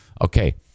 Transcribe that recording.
Okay